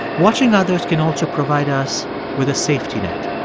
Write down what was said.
watching others can also provide us with a safety net.